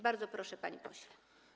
Bardzo proszę, panie pośle.